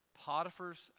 Potiphar's